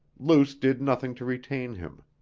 luce did nothing to retain him.